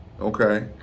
Okay